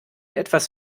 etwas